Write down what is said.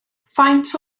faint